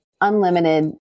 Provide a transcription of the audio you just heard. unlimited